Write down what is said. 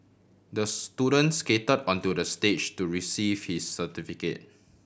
the student skated onto the stage to receive his certificate